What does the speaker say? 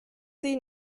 sie